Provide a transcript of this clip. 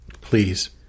Please